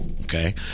Okay